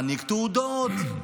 מעניק תעודות,